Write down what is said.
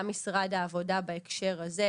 גם משרד העבודה בהקשר הזה,